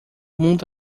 mundo